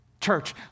Church